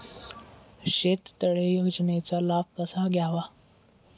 शेततळे योजनेचा लाभ कसा घ्यावा?